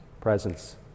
presence